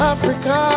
Africa